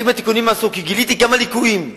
חלק מהתיקונים עשו, כי גיליתי כמה ליקויים.